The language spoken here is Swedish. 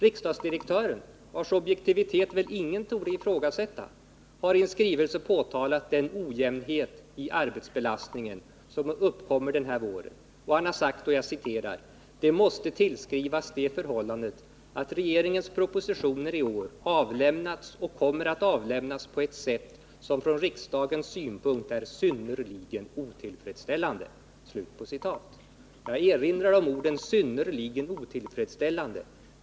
Riksdagsdirektören, vars objektivitet väl ingen torde ifrågasätta, har i en skrivelse påtalat den ojämnhet i arbetsbelastningen som uppkommer den här våren: ”Den måste tillskrivas det förhållandet att regeringens propositioner i år avlämnats och kommer att avlämnas på ett sätt som från riksdagens synpunkt är synnerligen otillfredsställande.” Jag erinrar om orden ”synnerligen otillfredsställande”.